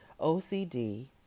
OCD